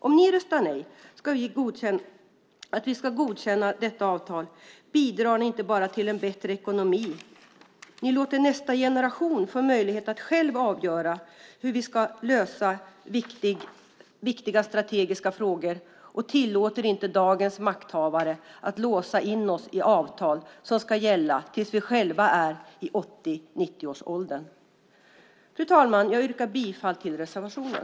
Om ni röstar nej till att vi ska godkänna detta avtal bidrar ni inte bara till en bättre ekonomi, ni låter nästa generation få möjlighet att själv avgöra hur vi ska lösa viktiga strategiska frågor och tillåter inte dagens makthavare att låsa in oss i avtal som ska gälla tills vi själva är i 80-90-årsåldern. Fru talman! Jag yrkar bifall till reservationen.